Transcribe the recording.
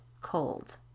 cold